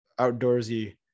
outdoorsy